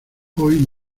hoy